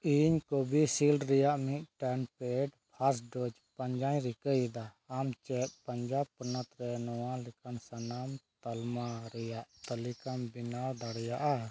ᱤᱧ ᱠᱳᱵᱷᱤᱥᱤᱞᱰ ᱨᱮᱱᱟᱜ ᱢᱤᱫᱴᱟᱝ ᱯᱮᱰ ᱯᱷᱟᱥᱴ ᱰᱳᱡᱽ ᱯᱟᱸᱡᱟᱧ ᱨᱤᱠᱟᱹᱭᱮᱫᱟ ᱟᱢᱪᱮᱫ ᱯᱟᱧᱡᱟᱵᱽ ᱯᱚᱱᱚᱛᱨᱮ ᱱᱚᱣᱟ ᱞᱮᱠᱟᱱ ᱥᱟᱱᱟᱢ ᱛᱟᱞᱢᱟ ᱨᱮᱱᱟᱜ ᱛᱟᱞᱤᱠᱟᱢ ᱵᱮᱱᱟᱣ ᱫᱟᱲᱮᱭᱟᱜᱼᱟ